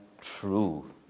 true